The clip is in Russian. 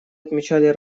отмечали